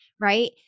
Right